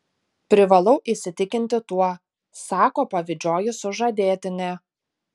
privalau įsitikinti tuo sako pavydžioji sužadėtinė